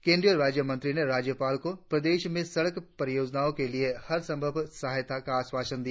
केंद्रीय राज्य मंत्री ने राज्यपाल को प्रदेश में सड़क परियोजनाओं के लिए हर संभव सहायता का आश्वासन दिया